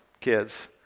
Kids